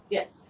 Yes